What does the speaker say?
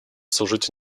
служить